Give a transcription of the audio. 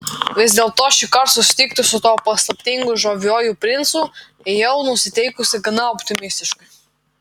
vis dėlto šįkart susitikti su tuo paslaptingu žaviuoju princu ėjau nusiteikusi gana optimistiškai